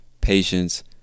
patience